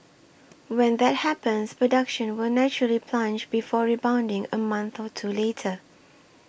when that happens production will naturally plunge before rebounding a month or two later